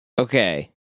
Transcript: okay